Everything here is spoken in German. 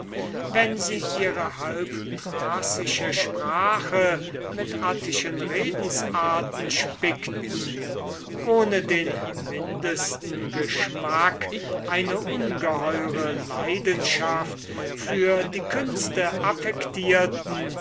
wenn sie ihre halbthracische sprache mit attischen redensarten spickten ohne den mindesten geschmack eine ungeheure passion für die künste affectierten